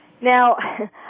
Now